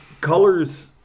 colors